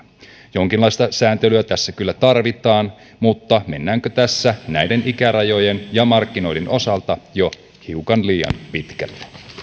jonkinlaista sääntelyä tässä kyllä tarvitaan mutta mennäänkö tässä näiden ikärajojen ja markkinoiden osalta jo hiukan liian pitkälle